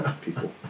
people